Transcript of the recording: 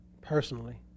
personally